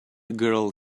girl